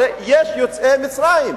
הרי יש יוצאי מצרים,